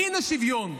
הינה שוויון.